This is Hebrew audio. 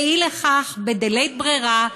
אי לכך, בדלית ברירה,